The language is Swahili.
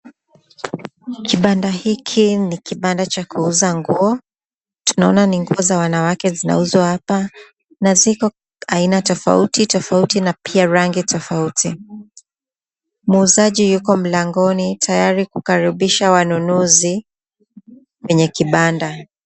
Kibanda hiki ni kibanda cha kuuza nguo. Naona ni nguo za wanawake zinauzwa hapa na ziko haina tofauti tofauti na pia rangi tofauti. Muzaji yuko mlangoni tayari kukaribisha wanunuzi kwenye kibanda.